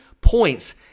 points